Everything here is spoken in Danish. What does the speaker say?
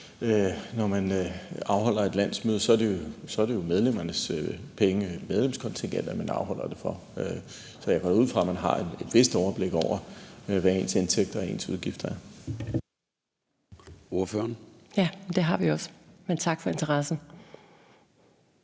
når man afholder et landsmøde, er det medlemmernes penge, medlemskontingenterne, man afholder det for. Så jeg går da ud fra, at man har et vist overblik over, hvad ens indtægter og ens udgifter er.